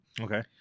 Okay